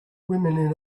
woman